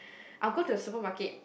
I'll go to a supermarket